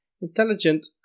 Intelligent